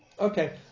Okay